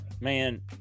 Man